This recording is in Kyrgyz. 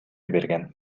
берген